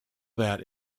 that